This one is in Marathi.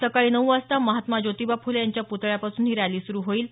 सकाळी नऊ वाजता महात्मा ज्योतिबा फुले यांच्या प्तळ्यापासून ही रॅली सुरू होईल